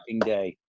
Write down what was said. day